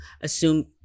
assume